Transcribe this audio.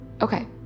Okay